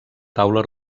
taula